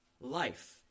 life